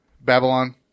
Babylon